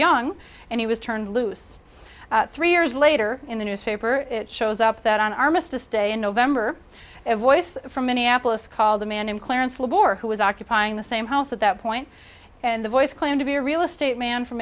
young and he was turned loose three years later in the newspaper it shows up that on armistice day in november voice from minneapolis called the man in clarence a war who was occupying the same house at that point and the voice claimed to be a real estate man from